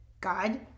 God